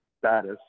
status